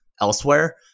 elsewhere